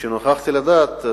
כשנוכחתי לדעת,